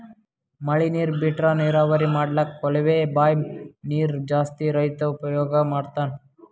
ಮಳಿ ನೀರ್ ಬಿಟ್ರಾ ನೀರಾವರಿ ಮಾಡ್ಲಕ್ಕ್ ಕೊಳವೆ ಬಾಂಯ್ ನೀರ್ ಜಾಸ್ತಿ ರೈತಾ ಉಪಯೋಗ್ ಮಾಡ್ತಾನಾ